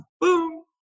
Boom